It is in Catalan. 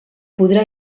podrà